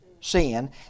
sin